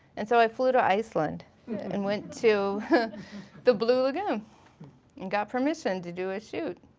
and so i flew to iceland and went to the blue lagoon and got permission to do a shoot.